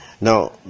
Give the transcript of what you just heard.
Now